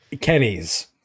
kenny's